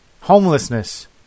homelessness